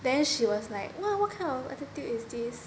then she was like !wow! what kind of attitude is this